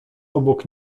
obok